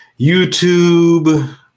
YouTube